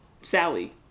sally